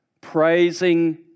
Praising